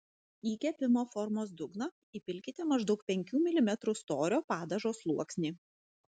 į kepimo formos dugną įpilkite maždaug penkių milimetrų storio padažo sluoksnį